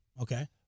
Okay